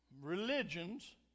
religions